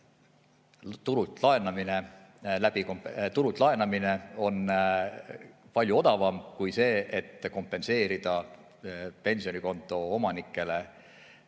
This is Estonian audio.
turult laenamine on palju odavam kui see, et kompenseerida pensionikonto omanikele